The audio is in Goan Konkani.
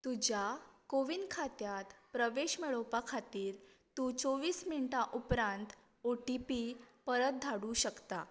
तुज्या कोवीन खात्यांत प्रवेश मेळोवपा खातीर तूं चोवीस मिण्टां उपरांत ओ टी पी परत धाडूं शकता